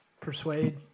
persuade